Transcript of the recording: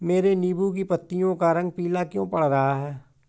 मेरे नींबू की पत्तियों का रंग पीला क्यो पड़ रहा है?